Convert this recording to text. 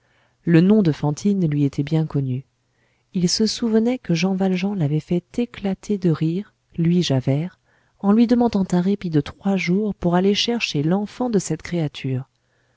le nom de fantine lui était bien connu il se souvenait que jean valjean l'avait fait éclater de rire lui javert en lui demandant un répit de trois jours pour aller chercher l'enfant de cette créature